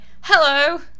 hello